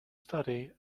study